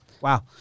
Wow